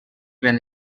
ben